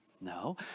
No